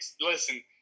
listen